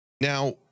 Now